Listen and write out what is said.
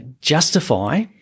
justify